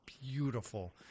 beautiful